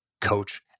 coach